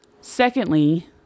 Secondly